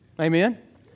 Amen